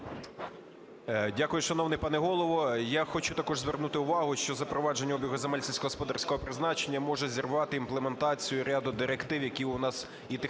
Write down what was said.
Дякую, шановний пане голово. Я хочу також звернути увагу, що запровадження обігу земель сільськогосподарського призначення може зірвати імплементацію ряду директив, які у нас, і технічних